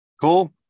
Cool